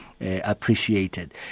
appreciated